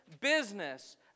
business